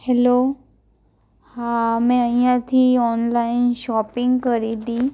hello હા મેં અહીંયાથી ઓનલાઈન શોપિંગ કરી હતી